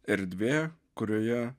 erdvė kurioje